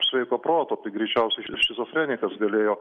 sveiko proto tai greičiausiai šizofrenikas galėjo